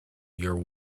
your